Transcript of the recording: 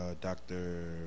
Dr